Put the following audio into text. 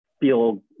feel